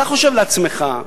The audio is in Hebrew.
אתה חושב לעצמך,